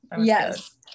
Yes